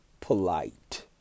polite